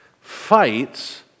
Fights